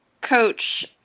Coach –